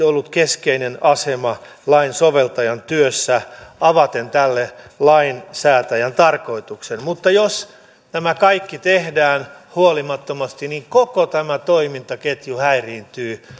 ollut keskeinen asema lainsoveltajan työssä avaten tälle lainsäätäjän tarkoituksen mutta jos nämä kaikki tehdään huolimattomasti niin koko tämä toimintaketju häiriintyy